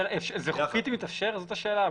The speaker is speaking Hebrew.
השאלה אם זה מתאפשר חוקית.